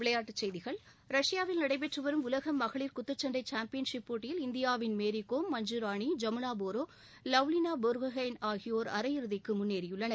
விளையாட்டுச் செய்திகள் ரஷ்யாவில் நடைபெற்று வரும் உலக மகளிர் குத்துச்சண்டை சாம்பியன்ஷிப் போட்டியில் இந்தியாவின் மேரி கோம் மஞ்சுராணி ஜமுனா போரோ லவ்லினா போர்கோகெய்ன் ஆகியோர் அரை இறுதிக்கு முன்னேறியுள்ளனர்